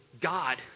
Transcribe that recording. God